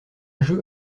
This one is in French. jeu